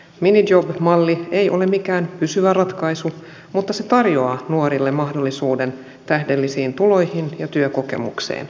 minijob malli ei ole mikään pysyvä ratkaisu mutta se tarjoaa nuorille mahdollisuuden tähdellisiin tuloihin ja työkokemukseen